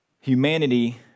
humanity